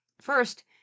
First